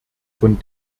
von